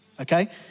Okay